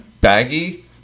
baggy